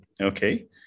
Okay